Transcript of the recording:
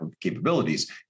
capabilities